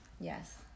Yes